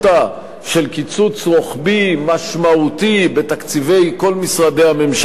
של קיצוץ רוחבי משמעותי בתקציבי כל משרדי הממשלה,